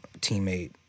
teammate